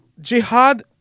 jihad